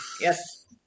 Yes